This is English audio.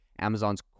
amazon's